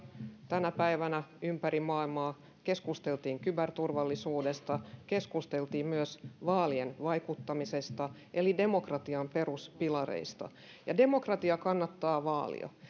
tänä päivänä ympäri maailmaa keskusteltiin kyberturvallisuudesta keskusteltiin myös vaaleihin vaikuttamisesta eli demokratian peruspilareista ja demokratiaa kannattaa vaalia